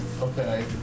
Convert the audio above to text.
Okay